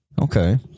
Okay